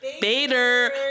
bader